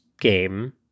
game